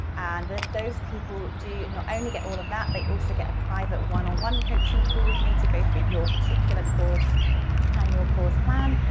and those people do not only get all of that, they also get a private one on one coaching call with me to go through your particular course and your course plan.